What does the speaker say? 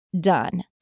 done